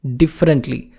differently